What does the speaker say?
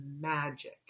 magic